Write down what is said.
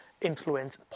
influence